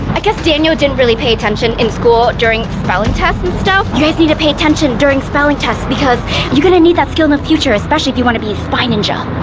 i guess daniel didn't really pay attention in school, during spelling tests and stuff. you guys need to pay attention during spelling tests, because you're gonna need that skill in the future. especially if you wanna be a spy ninja.